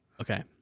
Okay